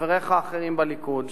וחבריך האחרים בליכוד,